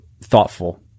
thoughtful